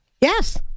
Yes